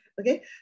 Okay